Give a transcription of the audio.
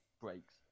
breaks